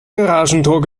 garagentor